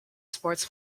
sports